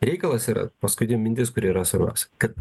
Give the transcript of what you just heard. reikalas yra paskutinė mintis kuri yra svarbiausia kad